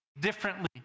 differently